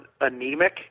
anemic